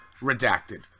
redacted